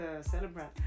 celebrant